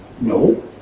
No